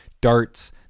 darts